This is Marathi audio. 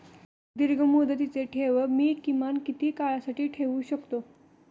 दीर्घमुदतीचे ठेव मी किमान किती काळासाठी ठेवू शकतो?